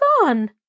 gone